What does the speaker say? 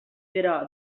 però